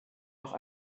noch